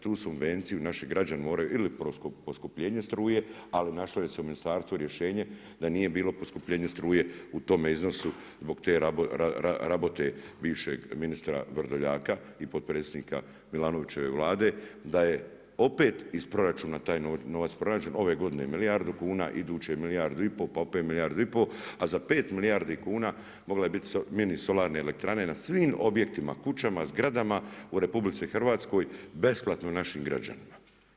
Tu subvenciju naši građani moraju ili poskupljenje struje, ali našlo se u ministarstvu rješenje da nije bilo poskupljenje struje u tom iznosu zbog te rabote bivšeg ministra Vrdoljaka i potpredsjednika Milanovićeve Vlade, da je opet iz proračun taj novac … ove godine milijardu kuna, iduće milijardu i pol, pa opet milijardu i pol, a za 5 milijardi kuna mogla je biti mini solarne elektrane na svim objektima, kućama, zgradama u RH, besplatno našim građanima.